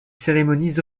cérémonies